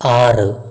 ആറ്